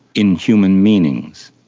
in human meanings.